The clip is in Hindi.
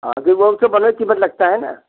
हाँ फिर बहुत से बनने कीमत लगता है ना